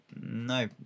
no